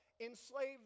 enslave